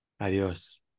adios